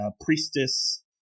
priestess